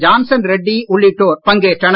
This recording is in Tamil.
ஜான்சன் ரெட்டி உள்ளிட்டோர் பங்கேற்றனர்